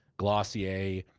glossier,